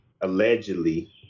allegedly